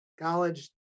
college